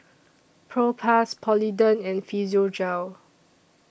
Propass Polident and Physiogel